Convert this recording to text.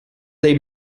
dei